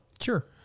Sure